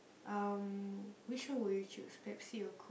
um which one would you choose Pepsi or Coke